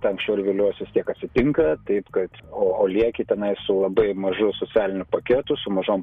anksčiau ar vėliau jos vis tiek atsitinka taip kad o o lieki tenai su labai mažu socialiniu paketu su mažom